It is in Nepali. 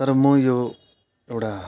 तर म यो एउटा